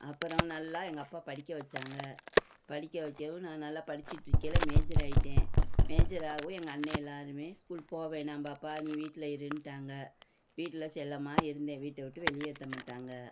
அப்புறம் நல்லா எங்கள் அப்பா படிக்க வைச்சாங்க படிக்க வைக்கவும் நான் நல்லா படிச்சுட்டுருக்கையில மேஜர் ஆகிட்டேன் மேஜர் ஆகவும் எங்கள் அண்ணன் எல்லாேருமே ஸ்கூல் போக வேணாம் பாப்பா நீ வீட்டில் இருன்ட்டாங்க வீட்டில் செல்லம்மா இருந்தேன் வீட்டை விட்டு வெளியேற்ற மாட்டாங்க